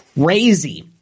crazy